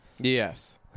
Yes